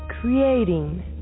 creating